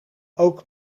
ook